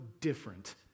different